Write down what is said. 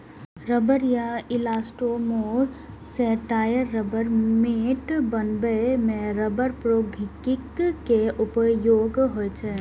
रबड़ या इलास्टोमोर सं टायर, रबड़ मैट बनबै मे रबड़ प्रौद्योगिकी के उपयोग होइ छै